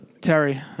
terry